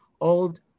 old